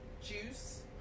juice